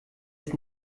ist